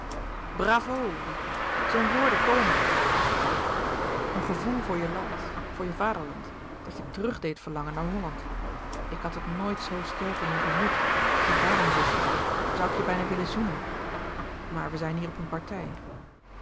riep paul zijn woorden komen een gevoel voor je land voor je vaderland dat je terug deed verlangen naar holland ik had het nooit zoo sterk in je vermoed en daarom zusje zoû ik je bijna willen zoenen maar we zijn hier op een partij